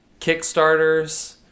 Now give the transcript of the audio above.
Kickstarters